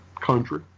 country